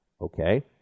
Okay